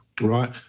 Right